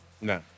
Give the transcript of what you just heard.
No